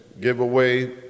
Giveaway